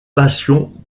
passion